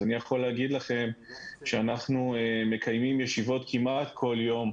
אני יכול להגיד לכם שאנחנו מקיימים ישיבות כמעט כל יום.